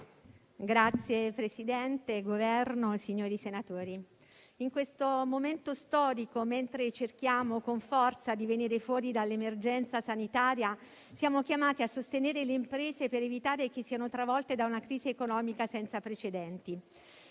rappresentanti del Governo, onorevoli senatori, in questo momento storico, mentre cerchiamo con forza di venire fuori dall'emergenza sanitaria, siamo chiamati a sostenere le imprese per evitare che siano travolte da una crisi economica senza precedenti.